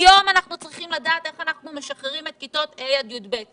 היום אנחנו צריכים לדעת איך אנחנו משחררים את כיתות ה' עד י"ב.